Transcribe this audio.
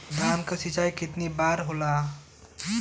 धान क सिंचाई कितना बार होला?